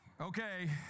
Okay